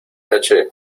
noche